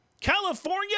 California